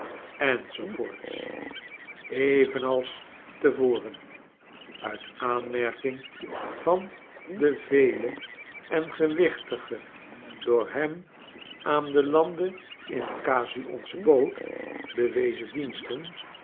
evenals te voren uit aanmerking van de vele en gewichtige door hem aan den lande in casu onze boot bewezen diensten